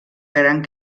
gran